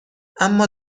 اما